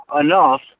enough